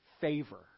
favor